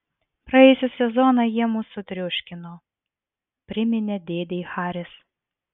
praėjusį sezoną jie mus sutriuškino priminė dėdei haris